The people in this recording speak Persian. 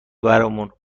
برمونن